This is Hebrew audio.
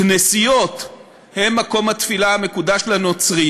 כנסיות הן מקום התפילה המקודש לנוצרים